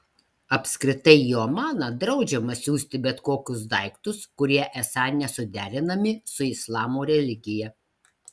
apskritai į omaną draudžiama siųsti bet kokius daiktus kurie esą nesuderinami su islamo religija